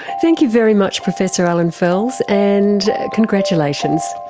thank you very much professor allan fels, and congratulations.